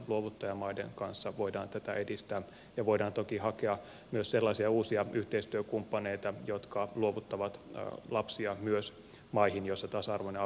luovuttajamaiden kanssa voidaan tätä edistää ja voidaan toki hakea myös sellaisia uusia yhteistyökumppaneita jotka luovuttavat lapsia myös maihin joissa tasa arvoinen avioliittolaki on säädetty